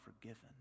forgiven